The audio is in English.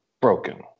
broken